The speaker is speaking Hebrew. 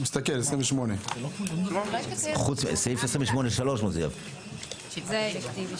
אני מסתכל על סעיף 28. זה מופיע בסעיף 28(3),